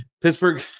Pittsburgh